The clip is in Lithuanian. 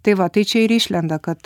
tai va tai čia ir išlenda kad